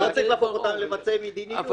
לא צריך להפוך אותם למבצעי מדיניות.